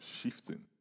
shifting